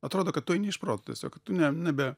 atrodo kad tu eini iš proto tiesiog tu ne nebe